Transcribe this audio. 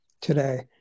today